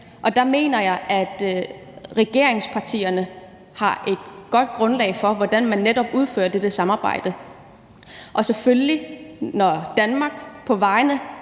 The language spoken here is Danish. Og der mener jeg, at regeringspartierne har et godt grundlag for, hvordan man netop udfører dette samarbejde. Og når Danmark på vegne